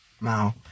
Now